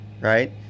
right